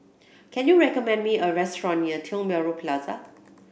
can you recommend me a restaurant near Tiong Bahru Plaza